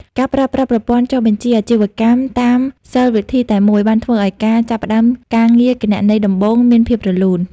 ការប្រើប្រាស់ប្រព័ន្ធចុះបញ្ជីអាជីវកម្មតាមសិល្ប៍វិធីតែមួយ បានធ្វើឱ្យការចាប់ផ្តើមការងារគណនេយ្យដំបូងមានភាពរលូន។